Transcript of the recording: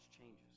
changes